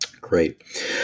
Great